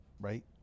right